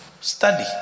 study